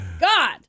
God